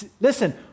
listen